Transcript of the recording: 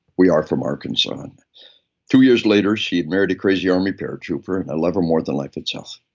we are from arkansas. and two years later, she married a crazy army paratrooper, and i love her more than life itself.